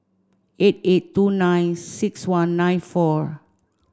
eight eight two nine six one nine four